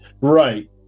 Right